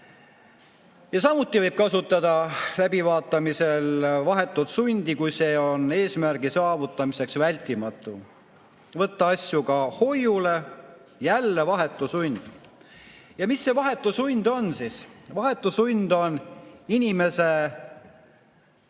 Samuti võib kasutada läbivaatamisel vahetut sundi, kui see on eesmärgi saavutamiseks vältimatu. Võib võtta asju ka hoiule, jälle vahetu sund. Mis see vahetu sund siis on? Vahetu sund on inimese,